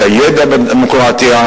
את הידע בדמוקרטיה,